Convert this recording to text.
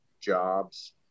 jobs